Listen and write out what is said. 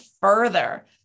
further